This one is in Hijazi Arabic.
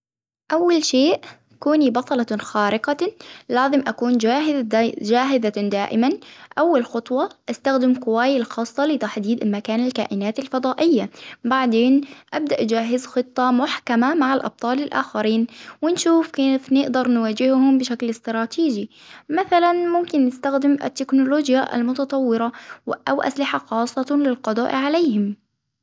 أول شيء كوني بطلة خارقة لازم أكون جاهز- جاهزة دائما، أول خطوة أستخدم قواي الخاصة لتحديد مكان الكائنات الفضائية، بعدين أبدأ أجهز خطة محكمة مع الأبطال الآخرين، ونشوف كيف نقدر نواجههم بشكل إستراتيجي مثلا ممكن نستخدم التكنولوجيا المتطورة أو أسلحة خاصة للقضاء عليهم.